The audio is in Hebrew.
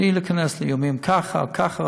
בלי להיכנס לאיומים ככה או ככה,